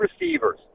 receivers